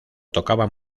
tocaba